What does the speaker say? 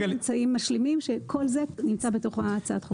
יש כל מיני אמצעים משלימים שכל זה נמצא בתוך הצעת החוק.